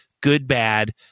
good-bad